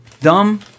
Dumb